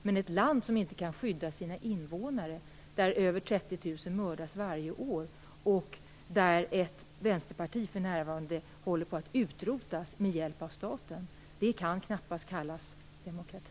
Men ett land som inte kan skydda sina invånare, där över 30 000 mördas varje år och där ett vänsterparti för närvarande håller på att utrotas med hjälp av staten, kan knappast kallas demokrati.